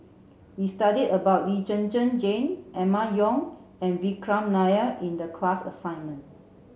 we studied about Lee Zhen Zhen Jane Emma Yong and Vikram Nair in the class assignment